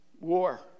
war